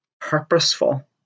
purposeful